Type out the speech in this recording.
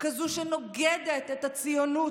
כזו שנוגדת את הציונות,